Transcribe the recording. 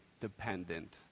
dependent